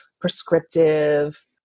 prescriptive